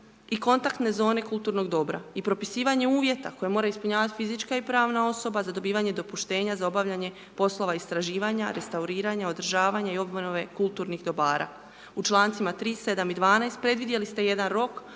i kontaktne zone kulturnog dobra i propisivanje uvjeta koje mora ispunjavati fizička i pravna osoba za dobivanje dopuštenja za obavljanje poslova istraživanja, restauriranja, održavanja i obnove kulturnih dobara. U člancima 3., 7. i 12. predvidjeli ste jedan rok